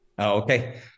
okay